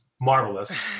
marvelous